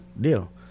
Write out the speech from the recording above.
Deal